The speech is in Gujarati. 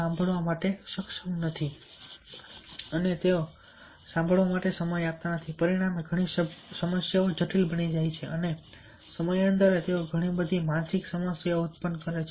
સાંભળવા માટે સક્ષમ નથી અને તેઓ સાંભળવા માટે સમય આપતા નથી પરિણામે ઘણી સમસ્યાઓ જટિલ બની જાય છે અને સમયાંતરે તેઓ ઘણી બધી માનસિક સમસ્યાઓ ઉત્પન્ન કરે છે